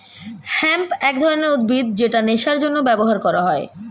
hemp এক ধরনের উদ্ভিদ যেটা নেশার জন্য ব্যবহার করা হয়